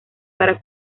para